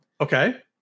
Okay